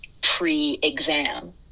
pre-exam